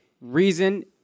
reason